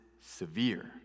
severe